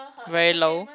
very low